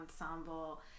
ensemble